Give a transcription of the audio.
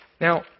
Now